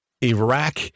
Iraq